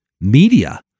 media